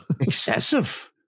Excessive